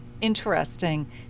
interesting